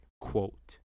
quote